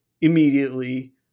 immediately